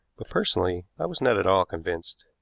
but, personally, i was not at all convinced.